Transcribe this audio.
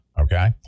Okay